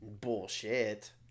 Bullshit